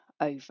over